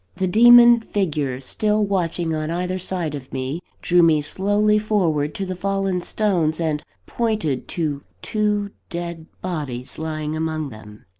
the demon figures, still watching on either side of me, drew me slowly forward to the fallen stones, and pointed to two dead bodies lying among them.